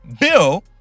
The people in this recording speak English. bill